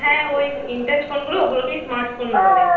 হ্যাঁ ওই screen touch ফোনগুলো ওগুলোকেই স্মার্ট ফোন বলে